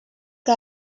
que